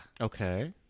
Okay